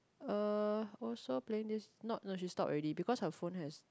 um also playing this not no she stop already because her phone has